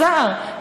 השר.